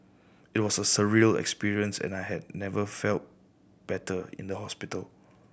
it was a surreal experience and I had never felt better in the hospital